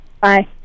Bye